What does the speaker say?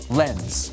lens